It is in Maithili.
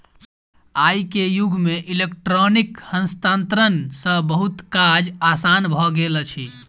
आई के युग में इलेक्ट्रॉनिक हस्तांतरण सॅ बहुत काज आसान भ गेल अछि